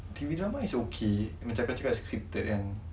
T_V drama is okay cakap-cakap scripted kan